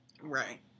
Right